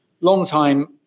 longtime